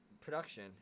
production